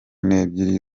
n’ebyiri